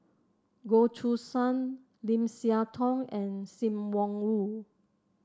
Goh Choo San Lim Siah Tong and Sim Wong Hoo